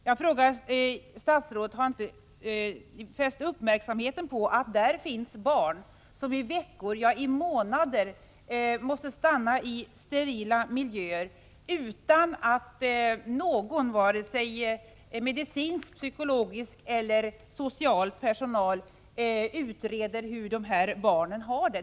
Jag frågar statsrådet: Har inte statsrådet fäst uppmärksamheten på att där finns barn som i veckor, ja månader, måste stanna i sterila miljöer utan att någon vare sig medicinsk, psykologisk eller social personal utreder hur de här barnen har det?